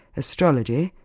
astrology,